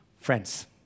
friends